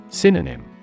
Synonym